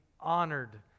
honored